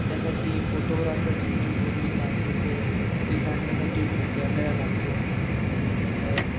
त्यासाठी फोटोग्राफरची मेन भूमिका असते ते ते काढण्यासाठी कॅमेरा लागतो